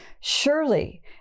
surely